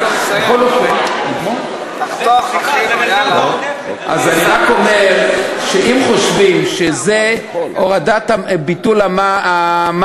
בכל אופן, אני רק אומר שאם חושבים שביטול מס